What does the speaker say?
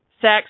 sex